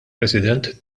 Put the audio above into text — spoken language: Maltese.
president